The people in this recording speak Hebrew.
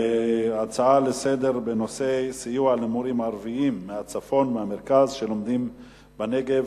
הנושא הבא: סיוע למורים ערבים מהצפון ומהמרכז שמלמדים בנגב,